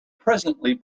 presently